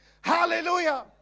Hallelujah